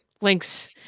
links